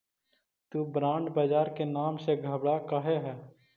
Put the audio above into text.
तु बॉन्ड बाजार के नाम से घबरा काहे ह?